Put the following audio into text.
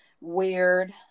Weird